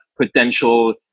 potential